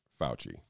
Fauci